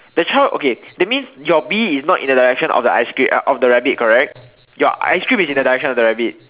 the child okay that means your bee is not in the direction of the ice cream of the rabbit correct your ice cream is in the direction of the rabbit